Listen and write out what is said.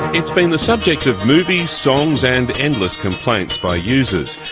it's been the subject of movies, songs and endless complaints by users,